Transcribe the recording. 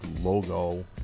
logo